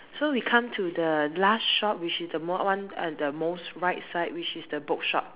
so we come to the last shop which is the one uh the most right side which is the book shop